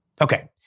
Okay